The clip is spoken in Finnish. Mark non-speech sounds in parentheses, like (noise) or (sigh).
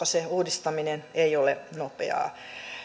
(unintelligible) se uudistaminen ei ole nopeaa